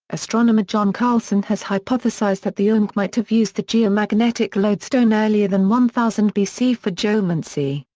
astronomer john carlson has hypothesized that the olmec might have used the geomagnetic lodestone earlier than one thousand bc for geomancy,